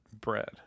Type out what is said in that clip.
bread